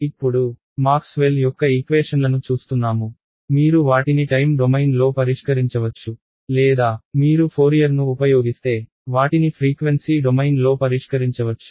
ఇప్పుడు మాక్స్వెల్ యొక్క ఈక్వేషన్లను చూస్తున్నాము మీరు వాటిని టైమ్ డొమైన్లో పరిష్కరించవచ్చు లేదా మీరు ఫోరియర్ను ఉపయోగిస్తే వాటిని ఫ్రీక్వెన్సీ డొమైన్లో పరిష్కరించవచ్చు